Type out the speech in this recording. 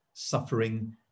suffering